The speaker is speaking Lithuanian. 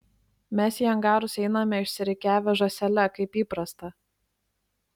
mes į angarus einame išsirikiavę žąsele kaip įprasta